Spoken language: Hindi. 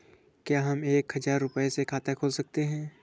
क्या हम एक हजार रुपये से खाता खोल सकते हैं?